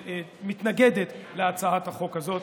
שמתנגדת להצעת החוק הזאת.